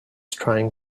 trying